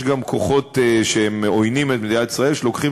יש גם כוחות שעוינים את מדינת ישראל ולוקחים